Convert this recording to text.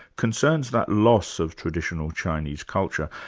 concerns that loss of traditional chinese culture,